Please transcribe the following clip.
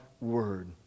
Word